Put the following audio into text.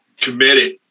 Committed